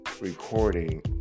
recording